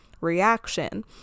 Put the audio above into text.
reaction